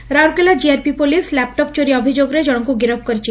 ଚୋର ଗିରଫ Rourkela GRP police laptop ଚୋରୀ ଅଭିଯୋଗରେ ଜଣକୁ ଗିରଫ କରିଛି